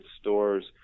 stores